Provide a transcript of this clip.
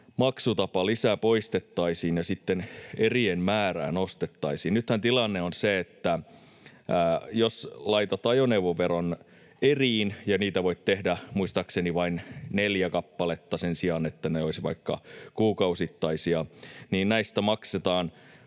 maksutapalisä poistettaisiin ja sitten erien määrää nostettaisiin. Nythän tilanne on se, että jos laitat ajoneuvoveron eriin — ja niitä voit tehdä muistaakseni vain neljä kappaletta sen sijaan, että ne olisivat vaikka kuukausittaisia — niin näistä maksetaan